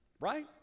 Right